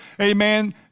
amen